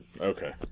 Okay